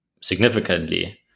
significantly